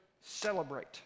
celebrate